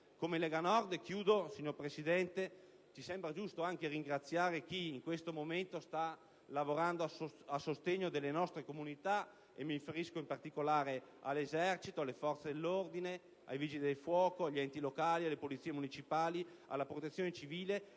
al meglio questa drammatica emergenza. Ci sembra giusto, infine, ringraziare chi in questo momento sta lavorando a sostegno delle nostre comunità. Mi riferisco, in particolare, all'Esercito, alle forze dell'ordine, ai Vigili del fuoco, agli enti locali, alle polizie municipali, alla Protezione civile